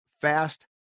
fast